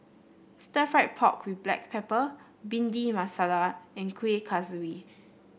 Stir Fried Pork with Black Pepper Bhindi Masala and Kueh Kaswi